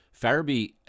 Farabee